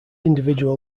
individual